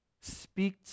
Speak